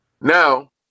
Now